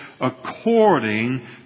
According